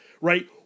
right